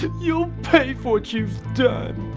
you'll pay for what you've done!